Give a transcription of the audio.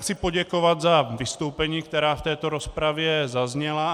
Chci poděkovat za vystoupení, která v této rozpravě zazněla.